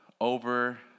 over